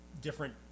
different